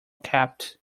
kept